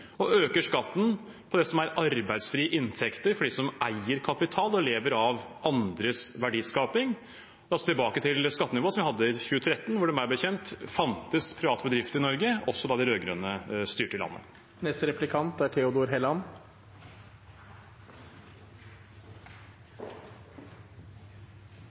og øker skatten på det som er arbeidsfrie inntekter for dem som eier kapital og lever av andres verdiskaping. Det er tilbake til skattenivået vi hadde i 2013. Meg bekjent fantes private bedrifter i Norge også da de rød-grønne styrte landet. Representanten Moxnes snakker mye om å redusere ulikhet. I min hjemby Kristiansand er